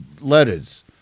letters